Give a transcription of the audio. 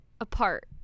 apart